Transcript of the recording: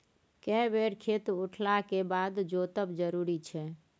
के बेर खेत उठला के बाद जोतब जरूरी छै?